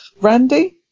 Randy